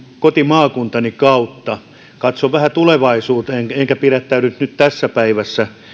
kotimaakuntani kautta ja katson vähän tulevaisuuteen enkä pidättäydy nyt tässä päivässä